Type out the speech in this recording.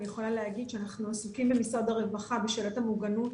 אני יכולה להגיד שאנחנו עסוקים במשרד הרווחה בשאלת המוגנות